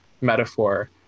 metaphor